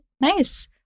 nice